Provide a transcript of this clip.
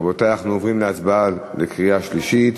רבותי, אנחנו עוברים להצבעה בקריאה שלישית.